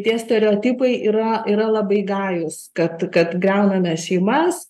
tie stereotipai yra yra labai gajūs kad kad griauname šeimas